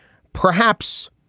perhaps.